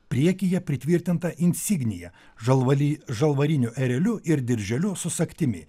priekyje pritvirtinta insignija žalvali žalvariniu ereliu ir dirželiu su sagtimi